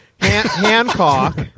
Hancock